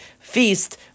Feast